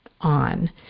on